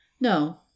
No